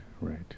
right